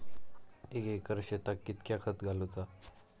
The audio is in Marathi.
एक एकर शेताक कीतक्या खत घालूचा?